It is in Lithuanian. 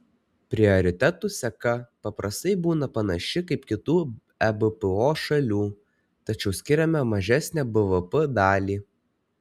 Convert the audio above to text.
prioritetų seka paprastai būna panaši kaip kitų ebpo šalių tačiau skiriame mažesnę bvp dalį